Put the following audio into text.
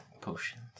potions